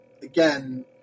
Again